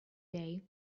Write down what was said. day